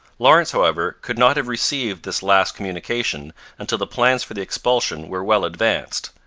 lawrence, however, could not have received this last communication until the plans for the expulsion were well advanced.